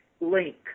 link